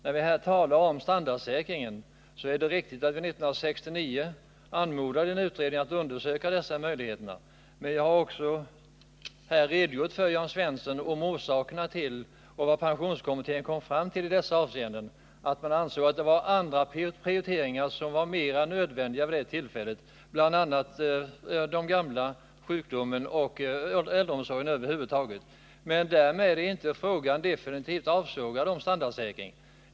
När det gäller standardsänkning är det riktigt att vi 1969 anmodade en utredning att undersöka möjligheterna till en sådan, men jag har här också för Jörn Svensson redogjort för vad pensionskommittén kom fram till. Kommittén ansåg att det fanns andra prioriteringar som var mera nödvändiga att göra vid det tillfället, bl.a. sjukvården och äldreomsorgen. Men därmed är inte frågan om standardsäkring definitivt avsågad.